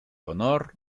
honor